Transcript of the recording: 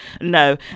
No